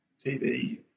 TV